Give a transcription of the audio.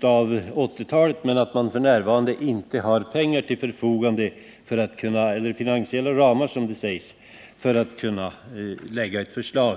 av 1980-talet men att man f. n. inte har finansiella ramar för att kunna lägga fram ett förslag.